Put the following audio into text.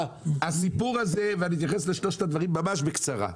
הסיפור הזה, ואני אתייחס לשלושת הדברים ממש בקצרה.